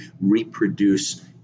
reproduce